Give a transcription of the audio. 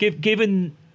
Given